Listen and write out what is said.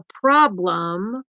problem